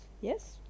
Yes